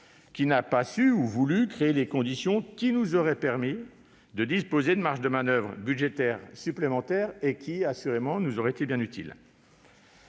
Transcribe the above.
qui n'a pas su- ou voulu -créer les conditions qui nous auraient permis de disposer de marges de manoeuvre budgétaires supplémentaires, qui nous auraient été bien utiles.